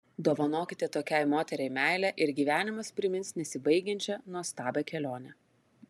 dovanokite tokiai moteriai meilę ir gyvenimas primins nesibaigiančią nuostabią kelionę